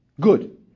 good